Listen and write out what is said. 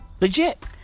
Legit